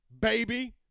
baby